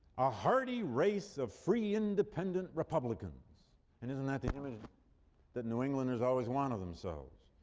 a hardy race of free, independent republicans and isn't that the image that new englanders always want of themselves?